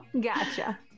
Gotcha